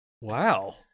Wow